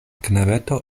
knabeto